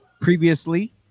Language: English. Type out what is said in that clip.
previously